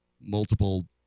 multiple